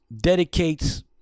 Dedicates